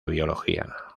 biología